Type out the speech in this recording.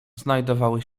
znajdowały